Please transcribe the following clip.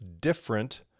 different